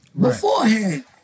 beforehand